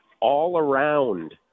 all-around